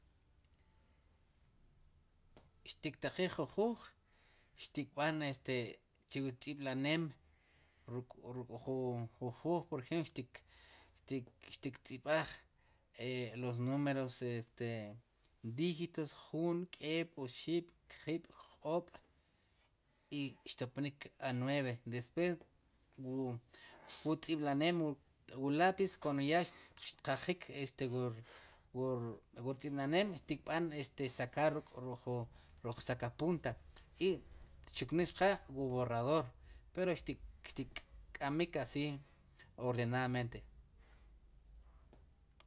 Xtiktaqiij jun juuj xtikbán chu ri tz'ib'la'neem ruk'ruk'jun juuj por ejemplo xtik, xtik tz'ib'aj wu los números dígitos, jun. k'eeb' oxib' kjib' jo'ob' i xtopnik a nueve xpe wu tz'ib'la'neem wu lápiz kuando ya xtqajik wu xtz'ib'la'neem xtik b'an sakar wu ruk'jun zacapunta i tchuknik chqe wu rb'orrador pero xtik k'amb'ik asi, ordenadamente.